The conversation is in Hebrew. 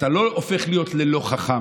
אתה לא הופך להיות לא חכם,